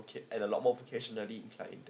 voca~ and a lot more vocationally in kind